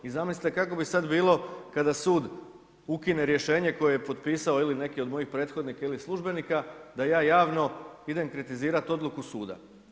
I zamislite kako bi sada bilo kada sud ukine rješenje koje je potpisao ili neki od mojih prethodnika ili mojih službenika da ja javno idem kritizirati odluku suda.